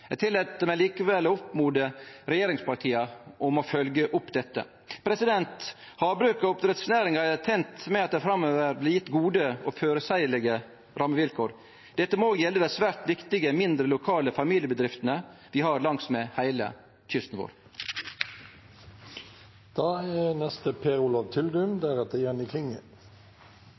Eg tillèt meg likevel å oppmode regjeringspartia til å følgje opp dette. Havbruket og oppdrettsnæringa er tente med at det framover blir gjeve gode og føreseielege rammevilkår. Dette må òg gjelde dei svært dyktige mindre, lokale familiebedriftene vi har langsmed heile kysten vår. Det er